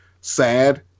sad